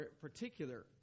particular